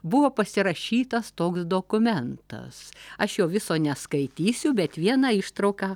buvo pasirašytas toks dokumentas aš jo viso neskaitysiu bet vieną ištrauką